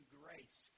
grace